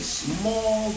small